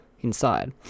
inside